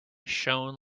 shone